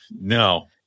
No